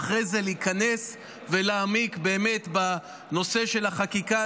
ואחרי זה להיכנס ולהעמיק באמת בנושא של החקיקה